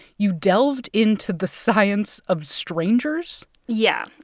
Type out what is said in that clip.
you delved into the science of strangers yeah.